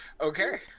okay